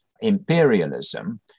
imperialism